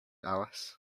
alice